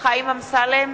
חיים אמסלם,